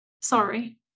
Sorry